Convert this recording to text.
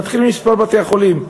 נתחיל ממספר בתי-החולים.